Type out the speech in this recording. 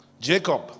Jacob